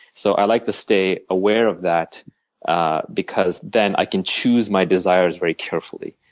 so i like to stay aware of that ah because then i can choose my desires very carefully.